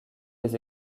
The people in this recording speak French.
les